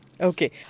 Okay